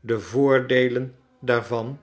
de voordeelen daarvan